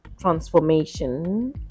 transformation